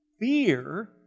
Fear